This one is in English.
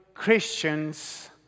Christians